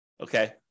Okay